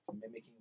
mimicking